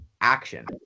action